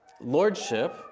lordship